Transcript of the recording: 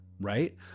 right